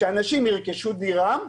שאנשים ירכשו דירה,